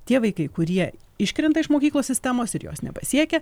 tie vaikai kurie iškrenta iš mokyklos sistemos ir jos nepasiekia